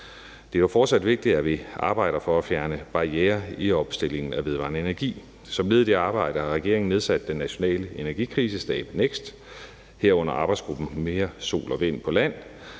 Det er fortsat vigtigt, at vi arbejder for at fjerne barrierer for opstillingen af vedvarende energi. Som led i det arbejde har regeringen nedsat den nationale energikrisestab, NEKST, herunder arbejdsgruppen »Mere sol og vind på land«,